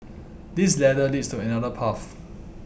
this ladder leads to another path